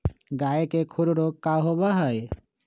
गाय के खुर रोग का होबा हई?